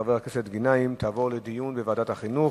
חבר הכנסת גנאים תעבור לדיון בוועדת החינוך.